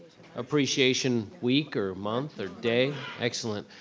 appreciation week, or month, or day, excellent.